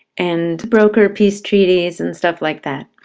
and broker peace treaties, and stuff like that.